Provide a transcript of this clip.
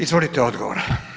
Izvolite odgovor.